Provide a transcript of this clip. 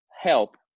help